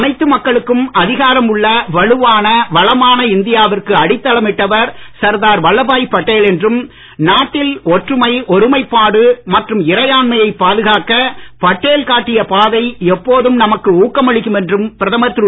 அனைத்து மக்களுக்கும் அதிகாரம் உள்ள வலுவான வளமான இந்தியாவிற்கு அடித்தளமிட்டவர் சர்தார் வல்லப்பாய் படேல் என்றும் நாட்டின் ஒற்றுமை ஒருமைப்பாடு மற்றும் இறையாண்மையை பாதுகாக்க படேல் காட்டிய பாதை எப்போதும் நமக்கு ஊக்கமளிக்கும் என்றும் பிரதமர் திரு